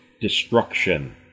destruction